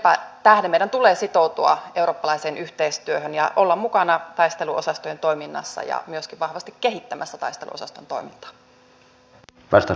senpä tähden meidän tulee sitoutua eurooppalaiseen yhteistyöhön ja olla mukana taisteluosastojen toiminnassa ja myöskin vahvasti kehittämässä taisteluosaston toimintaa